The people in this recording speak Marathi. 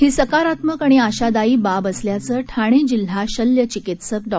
ही सकारात्मक आणि आशादायी बाब असल्याचे ठाणो जिल्हा शल्यचिकित्सक डॉ